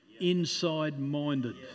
inside-minded